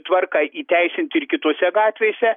tvarką įteisint ir kitose gatvėse